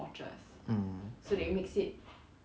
mm